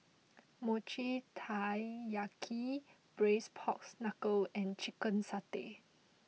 Mochi Taiyaki Braised Pork Knuckle and Chicken Satay